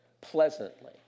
pleasantly